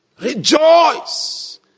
Rejoice